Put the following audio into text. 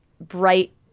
bright